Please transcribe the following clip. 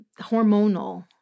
hormonal